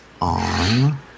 on